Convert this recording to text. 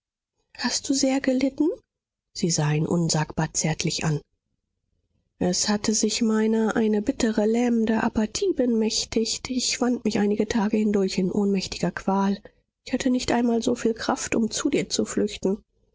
hast du sehr gelitten sie sah ihn unsagbar zärtlich an es hatte sich meiner eine bittere lähmende apathie bemächtigt ich wand mich einige tage hindurch in ohnmächtiger qual ich hatte nicht einmal so viel kraft um zu dir zu flüchten